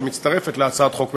שמצטרפת להצעת חוק ממשלתית.